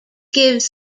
gives